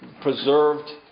preserved